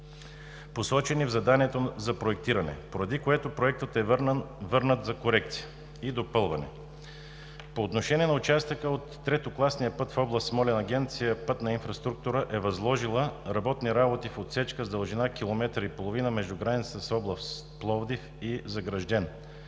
посочени в заданието за проектиране, поради което е върнат за корекция и допълване. По отношение на участъка от третокласния път в област Смолян Агенция „Пътна инфраструктура“ е възложила ремонтни работи в отсечка с дължина километър и половина между границата с област Пловдив и Загражден